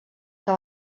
que